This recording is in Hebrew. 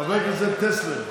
חבר הכנסת טסלר.